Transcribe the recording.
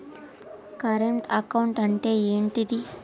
Current account అంటే ఏంటిది?